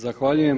Zahvaljujem.